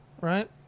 right